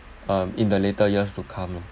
um in the later years to come